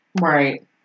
Right